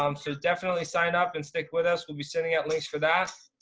um so definitely sign up and stick with us. we'll be sending out links for that.